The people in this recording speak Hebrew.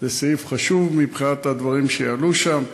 זה סעיף חשוב מבחינת הדברים שיעלו שם,